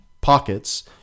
pockets